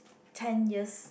ten years